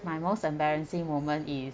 my most embarrassing moment is